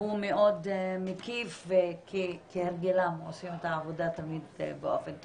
הוא מאוד מקיף וכהרגלם הם עושים את העבודה תמיד באופן טוב,